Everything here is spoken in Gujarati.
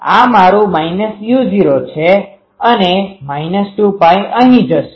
આ મારું u0 છે અને 2Π અહી જશે